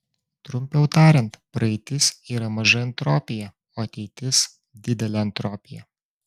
trumpiau tariant praeitis yra maža entropija o ateitis didelė entropija